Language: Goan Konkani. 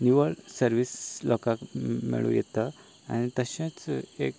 निवळ सर्वीस लोकांक मेळूंक येता आनी तशेंच एक